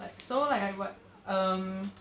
like so like I what um